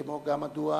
כאן.